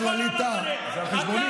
של עושק,